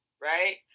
right